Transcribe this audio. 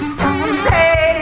someday